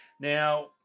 Now